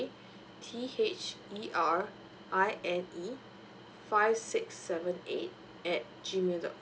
T_H_E_R_I_N_E five six seven eight at G mail dot com